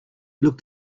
looked